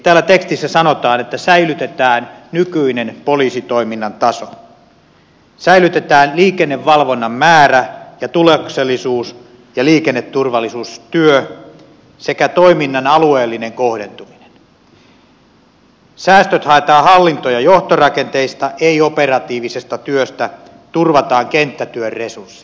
täällä tekstissä sanotaan että säilytetään nykyinen poliisitoiminnan taso säilytetään liikennevalvonnan määrä ja tuloksellisuus ja liikenneturvallisuustyö sekä toiminnan alueellinen kohdentuminen säästöt haetaan hallinto ja johtorakenteista ei operatiivisesta työstä turvataan kenttätyön resurssit